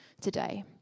today